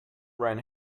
ran